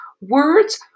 Words